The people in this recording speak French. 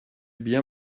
bien